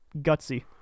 gutsy